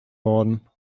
worden